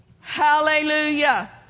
Hallelujah